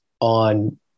on